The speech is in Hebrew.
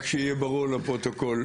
רק שיהיה ברור לפרוטוקול.